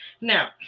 now